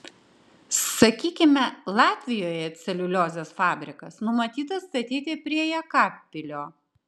sakykime latvijoje celiuliozės fabrikas numatytas statyti prie jekabpilio